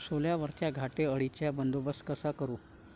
सोल्यावरच्या घाटे अळीचा बंदोबस्त कसा करू?